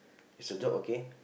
is your job okay